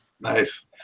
Nice